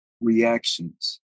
reactions